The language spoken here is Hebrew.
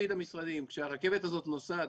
כשהרכבת הזאת נוסעת,